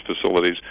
facilities